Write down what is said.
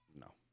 No